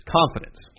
confidence